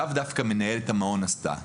לאו דווקא מנהלת המעון עשתה.